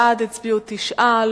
בעד הצביעו תשעה,